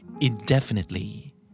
Indefinitely